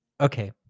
Okay